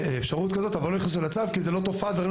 אפשרות כזאת אבל לא הכניסו אותם לצו כי זאת לא תופעה וראינו